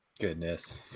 goodness